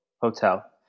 hotel